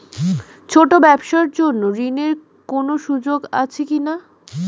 ছোট ব্যবসার জন্য ঋণ এর কোন সুযোগ আছে কি না?